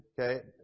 Okay